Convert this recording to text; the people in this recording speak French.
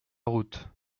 route